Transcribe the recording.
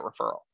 referral